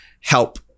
help